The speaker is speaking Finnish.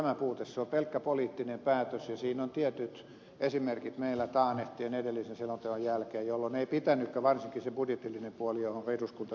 se on pelkkä poliittinen päätös ja siinä on tietyt esimerkit meillä taannehtivasti edellisen selonteon jäljiltä jonka yhteydessä ei pitänytkään sitä tehdä varsinkin se budjetillinen puoli johonka eduskunta sitoutui